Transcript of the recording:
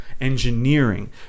engineering